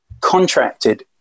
contracted